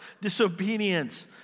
disobedience